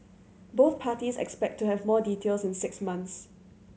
both parties expect to have more details in six months